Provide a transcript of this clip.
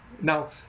Now